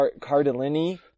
Cardellini